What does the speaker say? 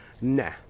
Nah